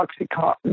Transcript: Oxycontin